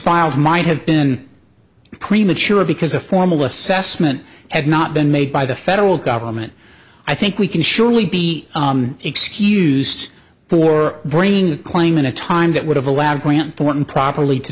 filed might have been premature because a formal assessment had not been made by the federal government i think we can surely be excused for bringing a claim in a time that would have allowed grant thornton properly to